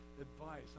advice